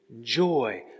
joy